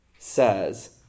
says